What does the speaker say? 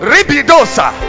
Ribidosa